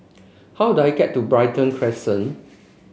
how do I get to Brighton Crescent